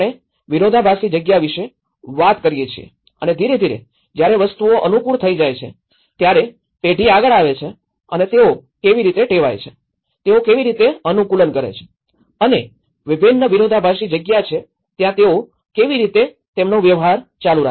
અહીં આપણે વિરોધાભાસી જગ્યા વિશે વાત કરીયે છીએ અને ધીરે ધીરે જ્યારે વસ્તુઓ અનુકૂળ થઈ જાય છે ત્યારે પેઢી આગળ વધે છે અને તેઓ કેવી રીતે ટેવાય છે તેઓ કેવી રીતે અનુકૂલન કરે છે અને વિભિન્ન વિરોધાભાસી જગ્યા છે ત્યાં તેઓ કેવી રીતે તેમનો વ્યવહાર ચાલુ રાખે છે